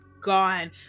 gone